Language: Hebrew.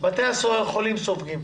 בתי החולים סופגים